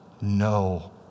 no